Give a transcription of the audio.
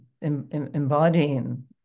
embodying